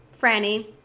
Franny